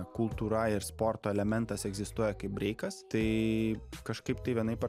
kultūra ir sporto elementas egzistuoja kaip breikas tai kažkaip tai vienaip ar